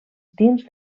dins